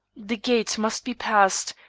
the gate must be passed,